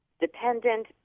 dependent